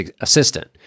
assistant